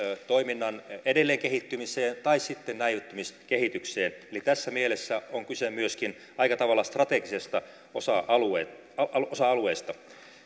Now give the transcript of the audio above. toiminnan edelleenkehittymiseen tai sitten näivettymiskehitykseen eli tässä mielessä on kyse myöskin aika tavalla strategisesta osa alueesta